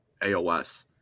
aos